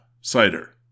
cider